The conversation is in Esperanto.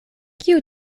kiu